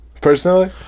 personally